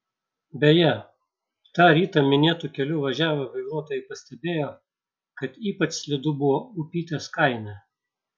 beje tą rytą minėtu keliu važiavę vairuotojai pastebėjo kad ypač slidu buvo upytės kaime